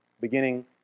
Beginning